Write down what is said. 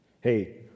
hey